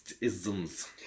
Isms